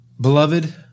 Beloved